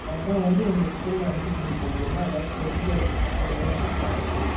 அதான் வந்து உங்க ஸ்கூலில் அட்மிஷன் போடணுன்னா எதாவது ப்ரொசீஜர் இருக்கா என்ட்ரன்ஸ் எக்ஸாம் இருக்குதா